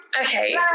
Okay